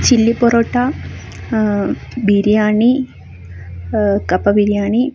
chilli parotta biryani കപ്പ ബിരിയാണി